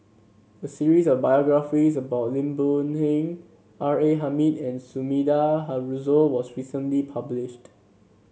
a series of biographies about Lim Boon Heng R A Hamid and Sumida Haruzo was recently published